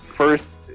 First